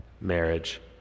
marriage